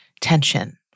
tension